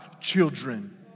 children